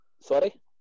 Sorry